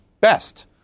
best